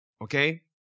Okay